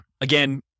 Again